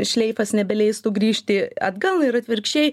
šleifas nebeleistų grįžti atgal ir atvirkščiai